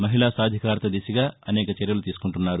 మహిళా సాధికారత దిశగా అనేక చర్యలు తీసుకుంటున్నారు